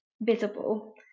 visible